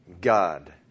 God